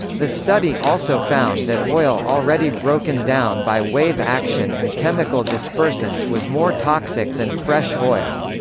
the study also found that oil already broken down by wave action and chemical dispersants was more toxic than fresh oil.